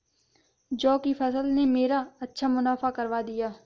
जौ की फसल ने मेरा अच्छा मुनाफा करवा दिया